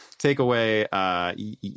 takeaway